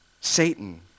Satan